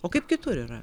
o kaip kitur yra